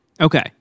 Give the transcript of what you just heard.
Okay